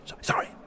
sorry